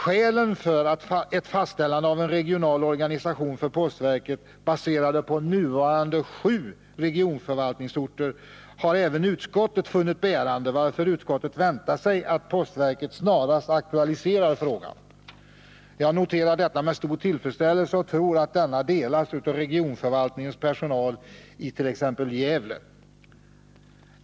Skälen för att ett fastställande av en regional organisation för postverket baserades på nuvarande sju regionförvaltningsorter har även utskottet funnit bärande, varför utskottet väntar sig att postverket snarast aktualiserar frågan. Jag noterar detta med stor tillfredsställelse och tror att denna delas av regionförvaltningens personal i t.ex. Gävle.